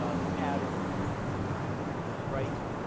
ah the pattern becomes pretty striking.